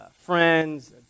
friends